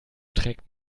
trägt